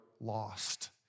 lost